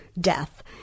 death